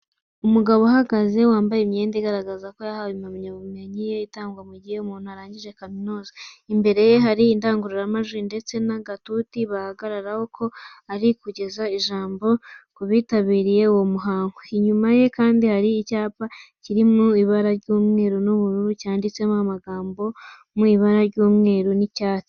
Umugabo uhagaze, wambaye imyenda igaragaza ko yahawe impamyabumenyi ye itangwa mu gihe umuntu arangijre kaminuza. Imbere ye hari indangururamajwi ndetse n'agatuti bigaragara ko ari kugeza ijambo ku bitabiriye uwo muhango. Inyuma ye kandi hari icyapa kiri mu ibara ry'umweru n'ubururu cyanditseho amagambo mu ibara ry'umweru n'icyatsi.